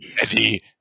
eddie